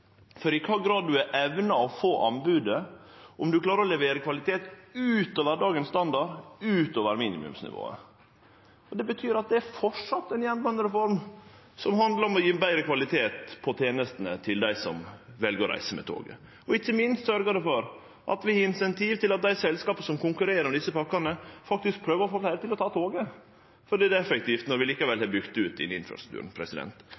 for i kva grad ein har evna å få anbodet, om ein klarer å levere kvalitet utover dagens standard, utover minimumsnivået. Det betyr at det framleis er ei jernbanereform som handlar om å gje betre kvalitet på tenestene til dei som vel å reise med toget. Ikkje minst sørgjer det for at vi gjev incentiv til at dei selskapa som konkurrerer om desse pakkene, faktisk prøver å få fleire til å ta toget, fordi det er effektivt når vi likevel